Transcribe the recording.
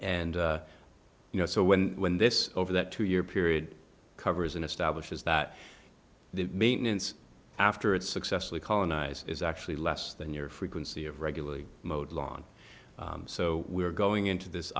and you know so when when this over that two year period covers and establishes that the maintenance after it successfully colonize is actually less than your frequency of regularly mowed lawn so we are going into this